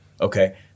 Okay